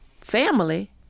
family